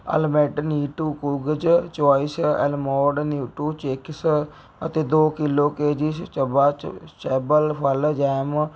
almond ਨੀਟੂ cookies choice almond ਨੀਟੂ ਚਿਕਸ ਅਤੇ ਦੋ ਕਿੱਲੋ ਕੇਜਿਸ ਚਬਾ ਚਬਲ ਫਲ ਜੈਮ